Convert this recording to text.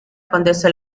condesa